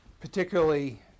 particularly